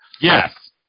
Yes